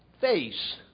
face